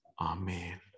Amen